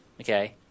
okay